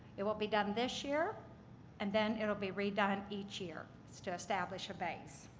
it will be done this year and then it will be redone each year so to establish a base.